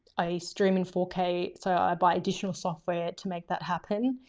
a streaming four k. so i buy additional software to make that happen.